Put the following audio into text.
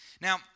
Now